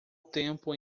tempo